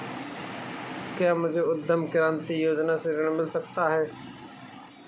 क्या मुझे उद्यम क्रांति योजना से ऋण मिल सकता है?